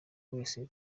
wese